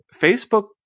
Facebook